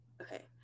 Okay